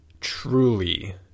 truly